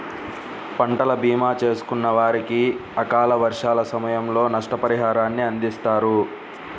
పంటల భీమా చేసుకున్న వారికి అకాల వర్షాల సమయంలో నష్టపరిహారాన్ని అందిస్తారు